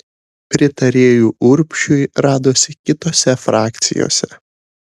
pritarėjų urbšiui radosi kitose frakcijose